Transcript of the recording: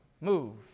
move